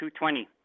220